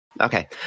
Okay